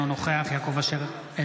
אינו נוכח יעקב אשר,